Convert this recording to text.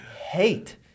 hate